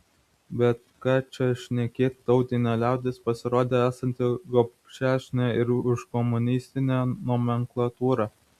bet ką čia šnekėti tautinė liaudis pasirodė esanti gobšesnė ir už komunistinę nomenklatūrą